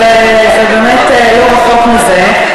זה באמת לא רחוק מזה.